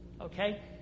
Okay